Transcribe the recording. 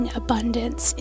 abundance